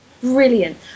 Brilliant